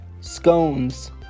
Scones